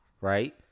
Right